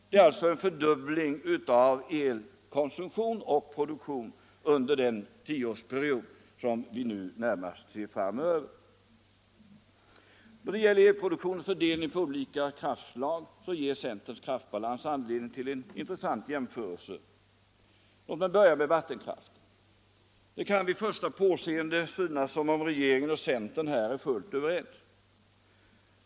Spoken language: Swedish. Det är alltså en fördubbling av elkonsumtion och produktion under den tioårsperiod som vi nu närmast ser fram över. Då det gäller elproduktionens fördelning på olika kraftslag ger centerns kraftbalans anledning till en intressant jämförelse. Låt mig börja med vattenkraften! Det kan vid första påseendet synas som om regeringen och centern här vore fullt överens.